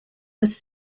was